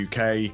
UK